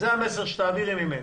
זה המסר שתעבירי ממני.